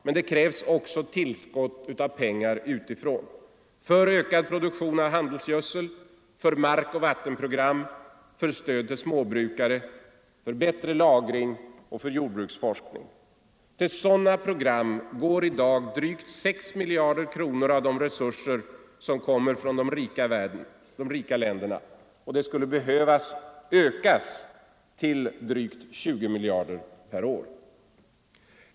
Men det krävs också tillskott av pengar utifrån för ökad produktion av handelsgödsel, för markoch vattenprogram, för stöd till småbrukare, för bättre lagring och för jordbruksforskning. Till sådana program går i dag drygt 6 miljarder kronor av de resurser som kommer från de rika länderna. Beloppet skulle behöva ökas till drygt 20 miljarder kronor per år.